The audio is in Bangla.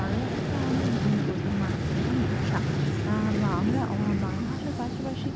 বাংলা ভাষা আমাদের প্রধান প্রধান ভাষা আমরা বাংলা ভাষার পাশাপাশি